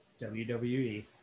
wwe